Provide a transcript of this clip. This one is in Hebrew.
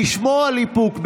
לשמור על איפוק.